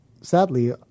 sadly